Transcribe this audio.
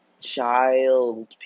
Child